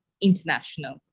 international